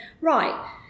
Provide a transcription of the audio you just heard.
right